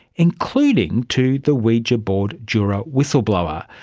including to the ouija board juror whistle-blower,